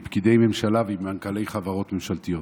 פקידי ממשלה ועם מנכ"לי חברות ממשלתיות,